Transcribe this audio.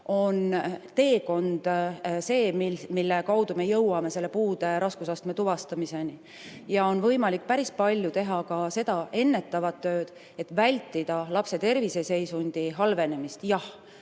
on teekond see, mille kaudu me jõuame puude raskusastme tuvastamiseni. On võimalik päris palju teha ka ennetavat tööd, et vältida lapse terviseseisundi halvenemist. Jah,